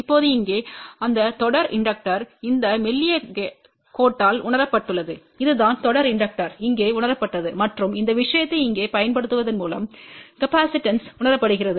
இப்போது இங்கே அந்த தொடர் இண்டக்டர் இந்த மெல்லிய கோட்டால் உணரப்பட்டுள்ளது அதுதான் தொடர் இண்டக்டர் இங்கே உணரப்பட்டது மற்றும் இந்த விஷயத்தை இங்கே பயன்படுத்துவதன் மூலம் காப்பாசிட்டன்ஸ்வு உணரப்படுகிறது